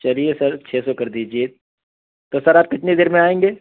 چلیے سر چھ سو کر دیجیے تو سر آپ کتنی دیر میں آئیں گے